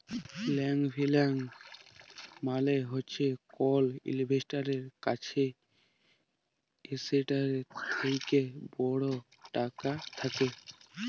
long ফিল্যাল্স মালে হছে কল ইল্ভেস্টারের কাছে এসেটটার থ্যাকে বড় টাকা থ্যাকা